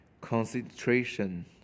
concentration